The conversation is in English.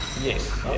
yes